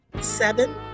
seven